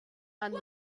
and